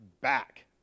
back